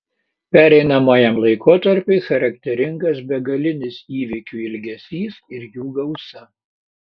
pereinamajam laikotarpiui charakteringas begalinis įvykių ilgesys ir jų gausa